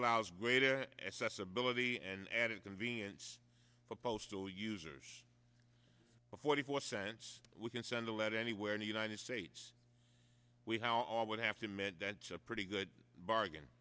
allows greater accessibility and added convenience for postal users forty four cents we can send a letter anywhere in the united states we have all would have to met that's a pretty good bargain